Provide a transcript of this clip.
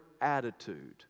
attitude